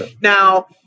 now